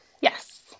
Yes